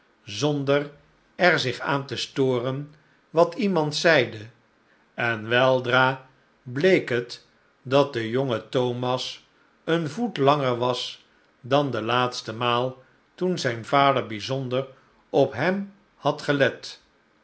zonder er zich aan te storen wat iemand zeide en weldra bleek het dat de jonge thomas een voet langer was dan de laatste maal toen zijn vader bijzonder op hem had gelet